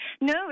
No